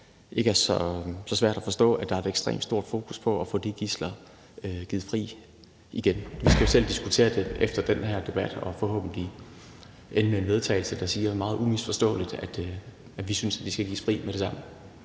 ikke er så svært at forstå, altså at der er et ekstremt stort fokus på at få de gidsler frigivet igen. Vi skal jo diskutere det efter den her debat og forhåbentlig ende med en vedtagelse, der siger meget umisforståeligt, at vi synes, at de skal gives fri med det samme.